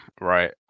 Right